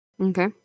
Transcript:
Okay